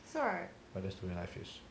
but the way life is